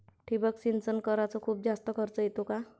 ठिबक सिंचन कराच खूप जास्त खर्च येतो का?